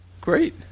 Great